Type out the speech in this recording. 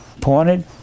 pointed